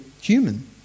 human